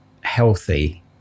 healthy